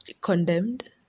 condemned